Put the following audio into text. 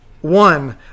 one